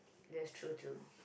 that's true too